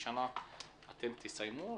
בשנה אתם תסיימו?